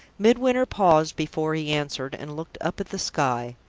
midwinter paused before he answered, and looked up at the sky.